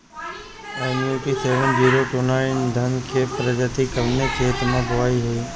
MUT seven zero two nine धान के प्रजाति कवने खेत मै बोआई होई?